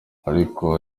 ariko